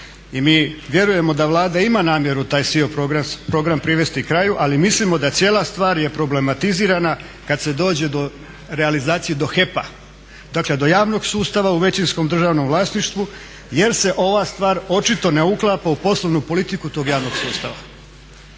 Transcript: I mi vjerujemo da Vlada ima namjeru taj SIO program privesti kraju ali mislimo da cijela stvar je problematizirana kad se dođe do realizacije do HEP-a, dakle do javnog sustava u većinskom državnom vlasništvu jer se ova stvar očito ne uklapa u poslovnu politiku tog javnog sustava.